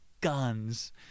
guns